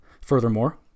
Furthermore